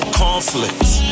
conflicts